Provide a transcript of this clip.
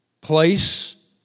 place